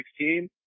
2016